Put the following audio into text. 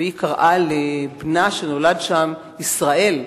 והיא קראה לבנה שנולד שם ישראל,